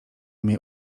mnie